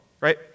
right